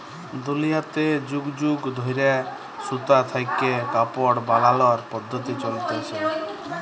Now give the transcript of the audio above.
দুলিয়াতে যুগ যুগ ধইরে সুতা থ্যাইকে কাপড় বালালর পদ্ধতি চইলছে